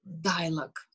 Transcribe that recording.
dialogue